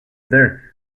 there